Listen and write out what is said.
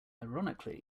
ironically